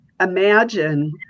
imagine